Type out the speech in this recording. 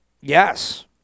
Yes